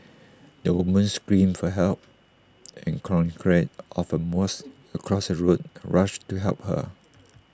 the woman screamed for help and congregants of A mosque across the road rushed to help her